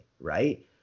right